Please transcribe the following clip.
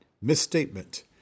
Misstatement